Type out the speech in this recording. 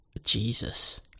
Jesus